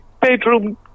bedroom